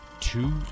two